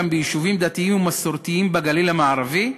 ביישובים דתיים ומסורתיים בגליל המערבי,